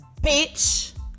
bitch